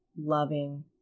loving